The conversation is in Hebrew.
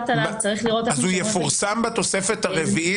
--- צריך לראות איך הוא --- אז הוא יפורסם בתוספת הרביעית